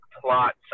plot